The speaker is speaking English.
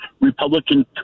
Republican